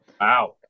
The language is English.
Wow